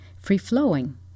free-flowing